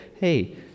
hey